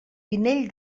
pinell